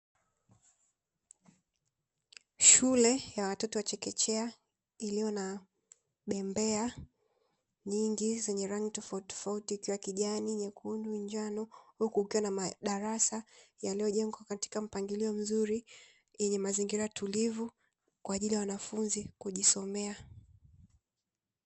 Shule ya watoto wa chekechea iliyo na bembea nyingi zenye rangi tofauti tofauti za kijani, nyekundu, njano, huku kukiwa madarasa yaliyojengwa katika mpangilio mzuri yenye mazingira tulivu kwa ajili ya wanafunzi kujisomea.